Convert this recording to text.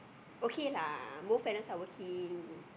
okay lah both parents are working